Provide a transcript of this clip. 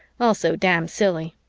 also damn silly.